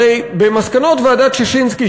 הרי במסקנות ועדת ששינסקי,